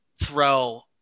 throw